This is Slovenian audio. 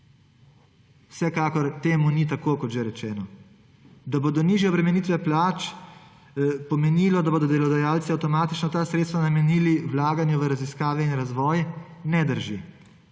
Vsekakor temu ni tako, kot že rečeno. Da bodo nižje obremenitve plač pomenile, da bodo delodajalci avtomatično ta sredstva namenili vlaganju v raziskave in razvoj – ne drži;